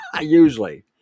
usually